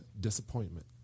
disappointment